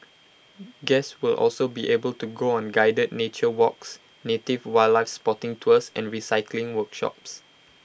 guests will also be able to go on guided nature walks native wildlife spotting tours and recycling workshops